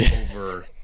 over